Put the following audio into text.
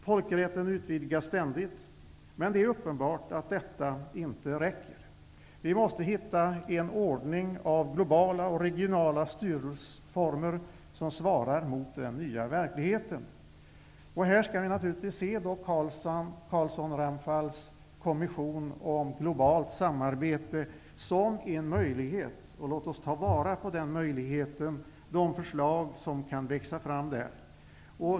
Folkrätten utvidgas ständigt. Men det är uppenbart att detta inte räcker. Vi måste hitta en ordning av globala och regionala styrelseformer som svarar mot den nya verkligheten. Här skall vi naturligtvis se Carlsson-Ramphals kommission om globalt samarbete som en möjlighet. Låt oss ta vara på den möjligheten och de förslag om där kan växa fram.